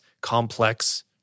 complex